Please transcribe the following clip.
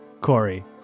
Corey